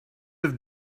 have